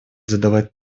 задавать